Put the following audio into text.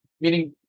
meaning